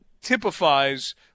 typifies